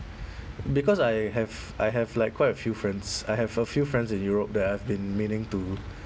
because I have I have like quite a few friends I have a few friends in europe that I've been meaning to